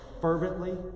fervently